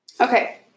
Okay